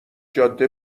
جاده